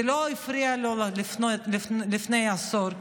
זה לא הפריע לו לפני עשור,